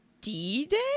D-Day